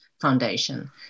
Foundation